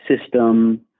system